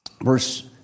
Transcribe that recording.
verse